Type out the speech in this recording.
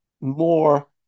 more